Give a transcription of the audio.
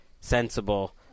sensible